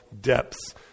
depths